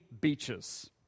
beaches